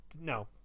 no